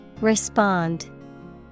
Respond